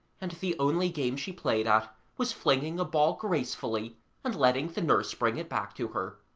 and the only game she played at was flinging a ball gracefully and letting the nurse bring it back to her.